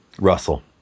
Russell